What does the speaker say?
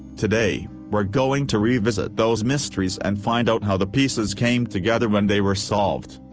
today, we're going to revisit those mysteries and find out how the pieces came together when they were solved.